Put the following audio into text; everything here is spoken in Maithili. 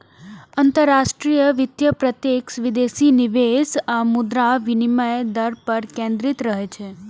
अंतरराष्ट्रीय वित्त प्रत्यक्ष विदेशी निवेश आ मुद्रा विनिमय दर पर केंद्रित रहै छै